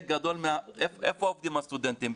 איפה עובדים הסטודנטים?